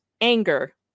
anger